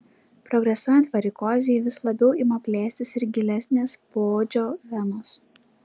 progresuojant varikozei vis labiau ima plėstis ir gilesnės poodžio venos